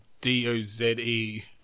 D-O-Z-E